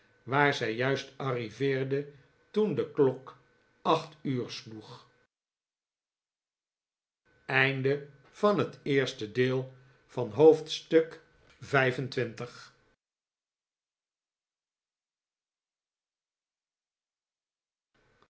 waar zij juist arriveerde toen de klok acht uur sloeg